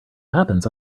happens